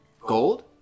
gold